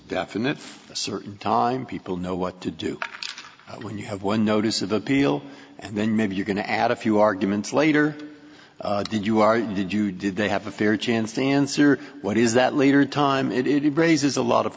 definite for a certain time people know what to do when you have one notice of appeal and then maybe you're going to add a few arguments later did you are you did you did they have a fair chance to answer what is that later time it is raises a lot of